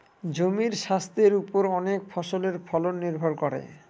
জমির স্বাস্থের ওপর অনেক ফসলের ফলন নির্ভর করে